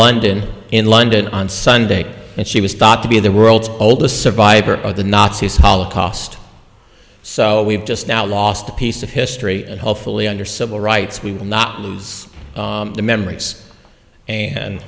london in london on sunday and she was thought to be the world's oldest survivor of the nazi holocaust so we've just now lost piece of history and hopefully under civil rights we will not lose the memories and